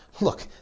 look